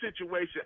situation